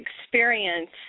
experience